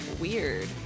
weird